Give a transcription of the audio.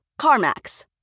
CarMax